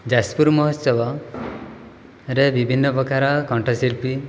ଯାଜପୁର ମହୋତ୍ସବ ରେ ବିଭିନ୍ନପ୍ରକାର କଣ୍ଠଶିଳ୍ପୀ